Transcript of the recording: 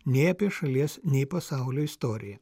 nei apie šalies nei pasaulio istoriją